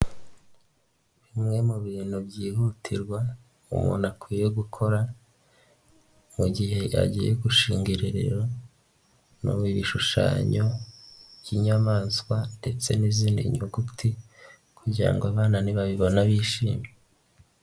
Bimwe mu bintu byihutirwa umuntu akwiye gukora mu gihe agiye gushinga irerero ni ibishushanyo by'inyamaswa ndetse n'izindi nyuguti kugira ngo abana nibabibona bishime.